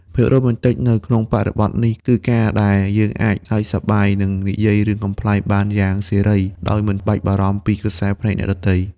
ភាពរ៉ូមែនទិកនៅក្នុងបរិបទនេះ គឺការដែលយើងអាចសើចសប្បាយ និងនិយាយរឿងកំប្លែងបានយ៉ាងសេរី ដោយមិនបាច់បារម្ភពីក្រសែភ្នែកអ្នកដទៃ។